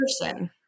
person